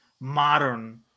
Modern